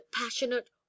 passionate